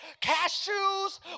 cashews